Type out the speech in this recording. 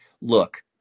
look